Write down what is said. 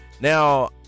Now